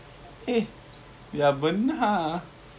tiba-tiba letak datuk